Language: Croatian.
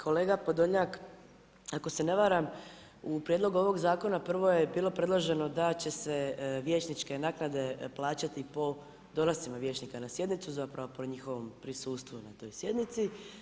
Kolega Podolnjak ako se ne varam, u prijedlogu ovog zakona prvo je bilo predloženo da će se vijećničke naknade plaćati po dolascima vijećnika na sjednice, zapravo po njihovom prisustvu na toj sjednici.